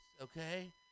okay